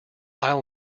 i’ll